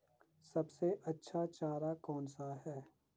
सबसे अच्छा चारा कौन सा है?